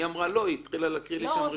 היא אמרה לי לא והתחילה להקריא לי רשימה.